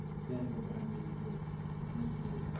then we're going to meet with mr.